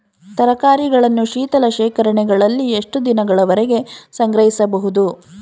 ತರಕಾರಿಗಳನ್ನು ಶೀತಲ ಶೇಖರಣೆಗಳಲ್ಲಿ ಎಷ್ಟು ದಿನಗಳವರೆಗೆ ಸಂಗ್ರಹಿಸಬಹುದು?